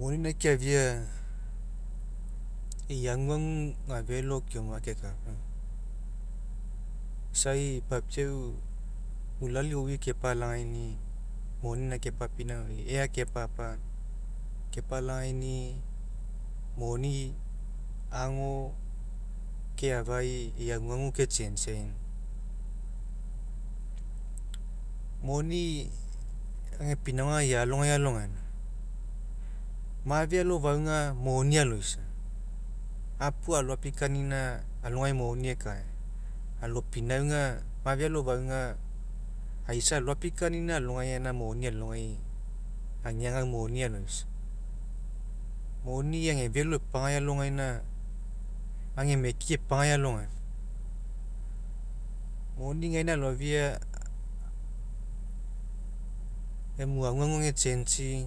moni gaina keafia e'i aguagu gafelo keoma kekapa. Isai papiau ulalu aui kepailagaini moni gaina kepapinauga ea kepapa kepailagaini moni ago keafai e'i aguagu ke change'i. Moni eaga pinauga ealogai alogaina, mafe alofaufa moni aloisa apu aloapikanina alogai moni ekae, alo pinauga mafa alofaufa aisa aloapikanina alogai alogai gaina moni alogai ageaugau moni aloisa. Moni ega felo epagai alogaina, age mekia epagai alogaina, moni gaina aloafia emu aguagu agechangei